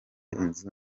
inzu